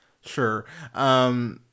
Sure